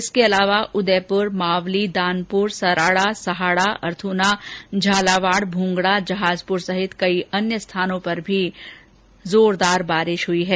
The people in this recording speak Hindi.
इसके अलावा उदयपुर मावली दानपुर सराड़ा सहाड़ा अर्थूना झालावाड़ भूंगड़ा जहाजपुर सहित कई अन्य स्थानों पर भी जोरदार बारिश हुई है